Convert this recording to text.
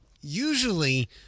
usually